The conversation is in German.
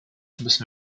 müssen